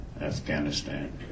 Afghanistan